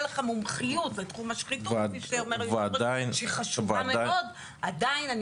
לך מומחיות בתחום השחיתות שהיא חשובה מאוד עדיין אני